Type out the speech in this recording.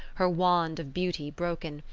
her wand of beauty broken,